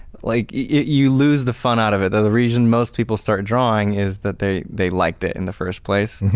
like you lose the fun out of it. the the reason most people start drawing is that they they liked it in the first place.